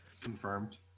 Confirmed